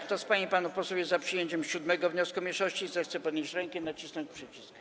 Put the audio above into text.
Kto z pań i panów posłów jest za przyjęciem 7. wniosku mniejszości, zechce podnieść rękę i nacisnąć przycisk.